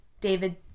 David